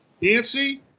Nancy